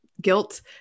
guilt